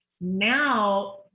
Now